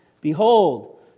Behold